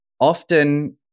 often